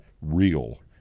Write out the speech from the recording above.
real